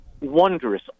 wondrous